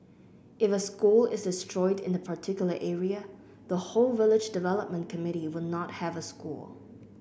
if a school is destroyed in a particular area the whole village development committee will not have a school